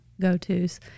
go-tos